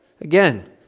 Again